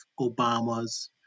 Obama's